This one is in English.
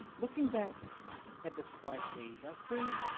looking back at this crisis, i see,